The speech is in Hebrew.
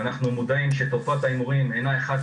אנחנו מודעים לכך שתופעת ההימורים הינה אחת